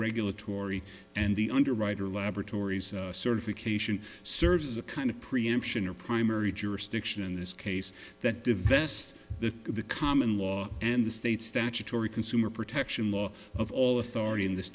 regulatory and the underwriter laboratories certification serves as a kind of preemption or primary jurisdiction in this case that divest the of the common law and the state's statutory consumer protection law of all authority in this